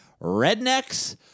rednecks